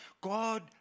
God